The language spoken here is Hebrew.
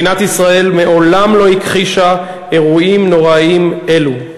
מדינת ישראל מעולם לא הכחישה אירועים נוראיים אלו.